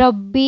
रब्बी